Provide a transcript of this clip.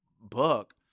book